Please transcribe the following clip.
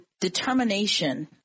determination